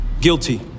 guilty